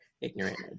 ignorant